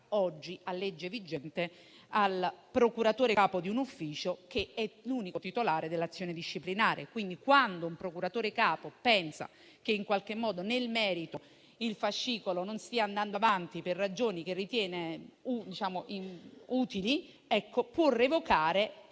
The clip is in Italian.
oggi, a legge vigente, al procuratore capo di un ufficio, che è l'unico titolare dell'azione disciplinare. Quindi, quando un procuratore capo pensa che nel merito il fascicolo non stia andando avanti, per ragioni che ritiene utili, può revocare,